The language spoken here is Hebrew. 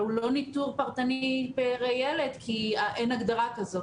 הוא לא ניתור פרטני פר ילד כי אין הגדרה כזאת.